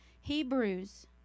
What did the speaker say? Hebrews